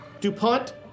DuPont